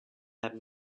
have